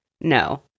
No